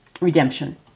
redemption